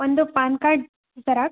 ಒಂದು PAN card xerox